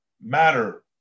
matter